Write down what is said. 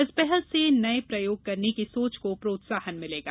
इस पहल से नये प्रयोग करने की सोच को प्रोत्साहन मिलेगा